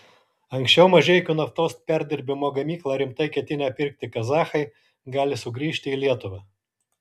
anksčiau mažeikių naftos perdirbimo gamyklą rimtai ketinę pirkti kazachai gali sugrįžti į lietuvą